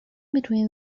between